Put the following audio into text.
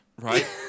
Right